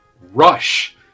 rush